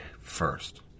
first